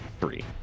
three